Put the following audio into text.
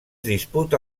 disputa